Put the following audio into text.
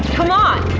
come on!